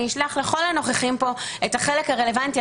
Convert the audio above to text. אני אשלח לכל הנוכחים פה את החלק הרלוונטי,